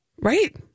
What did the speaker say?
Right